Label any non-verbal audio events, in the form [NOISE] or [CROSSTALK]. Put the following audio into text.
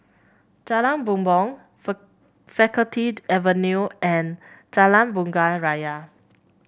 Jalan Bumbong [UNINTELLIGIBLE] Facultied Avenue and Jalan Bunga Raya